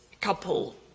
couple